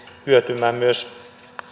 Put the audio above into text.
hyötymään myös